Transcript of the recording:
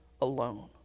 alone